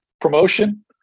Promotion